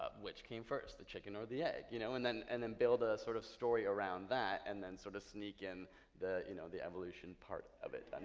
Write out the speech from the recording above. which came first, the chicken or the egg? you know and and then build a sort of story around that and then sort of sneak in the you know the evolution part of it.